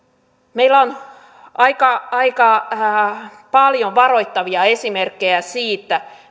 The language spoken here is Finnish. meillä on aika aika paljon varoittavia esimerkkejä siitä